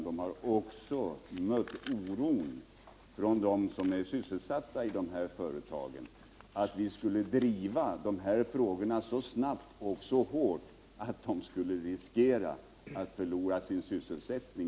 De har också mött oron hos dem som är sysselsatta i företagen för att frågorna skulle drivas så snabbt och så hårt att de anställda skulle riskera att förlora sin sysselsättning.